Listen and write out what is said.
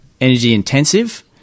energy-intensive